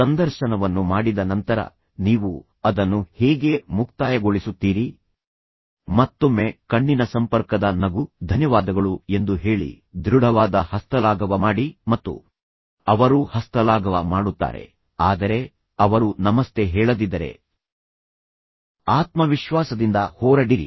ಸಂದರ್ಶನವನ್ನು ಮಾಡಿದ ನಂತರ ನೀವು ಅದನ್ನು ಹೇಗೆ ಮುಕ್ತಾಯಗೊಳಿಸುತ್ತೀರಿ ಮತ್ತೊಮ್ಮೆ ಕಣ್ಣಿನ ಸಂಪರ್ಕದ ನಗು ಧನ್ಯವಾದಗಳು ಎಂದು ಹೇಳಿ ದೃಢವಾದ ಹಸ್ತಲಾಘವ ಮಾಡಿ ಮತ್ತು ಅವರು ಹಸ್ತಲಾಘವ ಮಾಡುತ್ತಾರೆ ಆದರೆ ಅವರು ನಮಸ್ತೆ ಹೇಳದಿದ್ದರೆ ಆತ್ಮವಿಶ್ವಾಸದಿಂದ ಹೋರಡಿರಿ